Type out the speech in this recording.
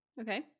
Okay